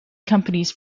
companies